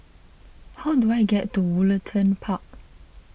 how do I get to Woollerton Park